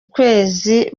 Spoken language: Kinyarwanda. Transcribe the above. ukwezi